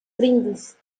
brindis